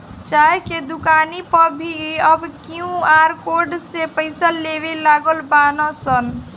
चाय के दुकानी पअ भी अब क्यू.आर कोड से पईसा लेवे लागल बानअ सन